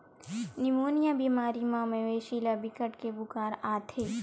pneumonia बेमारी म मवेशी ल बिकट के बुखार आथे